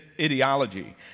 ideology